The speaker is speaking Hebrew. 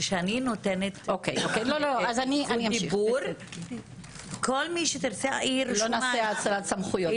כשאני נותנת זכות דיבור כל מי שתרצה להעיר -- לא לעשות האצלת סמכויות,